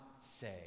say